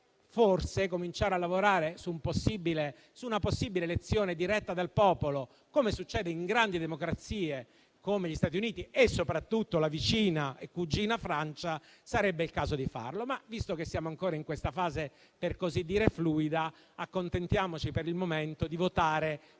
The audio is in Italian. di cominciare a lavorare su una possibile elezione diretta del popolo, come succede in grandi democrazie, come negli Stati Uniti e soprattutto nella vicina e cugina Francia. Ma, visto che siamo ancora in questa fase, per così dire fluida, accontentiamoci per il momento di votare